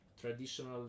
traditional